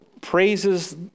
praises